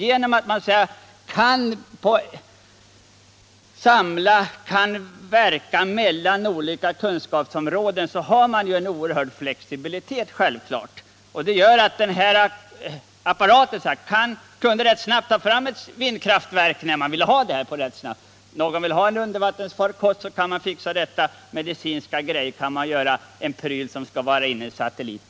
Genom att man kan verka mellan olika kunskapsområden har man självfallet en stor flexibilitet. Den här apparaten kunde exempelvis rätt snabbt ta fram ett vindkraftverk när någon ville ha det. Om någon vill ha en undervattensfarkost kan man fixa detta, man kan göra medicinska grejor, likaså apparatur som skall vara inne i en satellit.